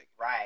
Right